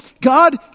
God